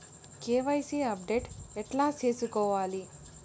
KYC update ఎట్లా సేసుకోవాలి?